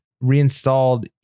reinstalled